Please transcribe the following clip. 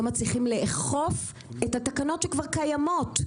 מצליחים לאכוף את התקנות שכבר קיימות,